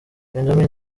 benjamin